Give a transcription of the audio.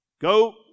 go